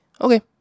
Okay